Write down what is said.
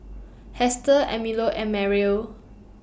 Hester Emilio and Merrill